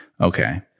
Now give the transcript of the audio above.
okay